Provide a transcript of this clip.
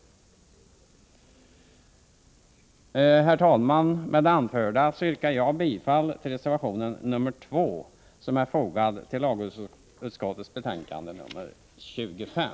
Herr talman! Med det anförda yrkar jag bifall till reservation 2, som jag fogat till lagutskottets betänkande 25.